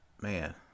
Man